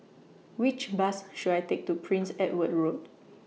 Which Bus should I Take to Prince Edward Road